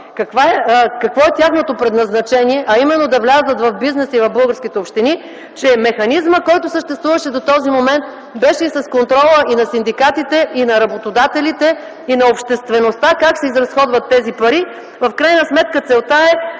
какво е тяхното предназначение, а именно да влязат в бизнеса и в българските общини, че механизмът, който съществуваше до този момент беше с контрола и на синдикатите, и на работодателите, и на обществеността – как се изразходват тези пари. В крайна сметка целта е